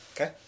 Okay